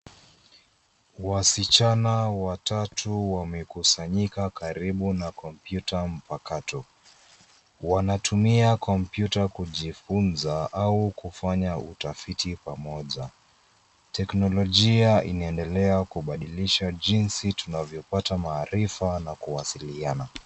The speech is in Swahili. Wasichana watatu wamekusanyika karibu na kompyuta mpakato. wanatumia kompyuta kujifunza au kufanya utafiti pamoja. Teknolojia inaendelea kubadilisha jinsi tunapata maarifa na kuwasilisha.